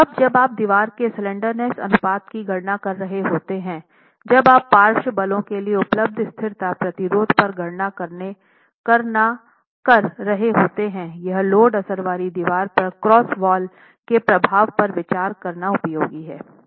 अब जब आप दीवार के स्लैंडरनेस अनुपात पर गणना कर रहे होते हैं जब आप पार्श्व बलों के लिए उपलब्ध स्थिरता प्रतिरोध पर गणना करना कर रहे होते हैं यह लोड असर वाली दीवार पर क्रॉस वॉल के प्रभाव पर विचार करना उपयोगी है